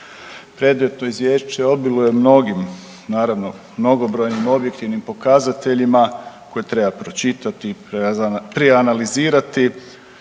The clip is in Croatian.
Predmetno izvješće obiluje mnogim naravno mnogobrojnim objektivnim pokazateljima koje treba pročitati, proanalizirati